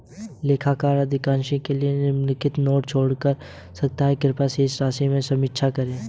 लेखाकार अधीनस्थ के लिए निम्नलिखित नोट छोड़ सकता है कृपया शेष राशि की समीक्षा करें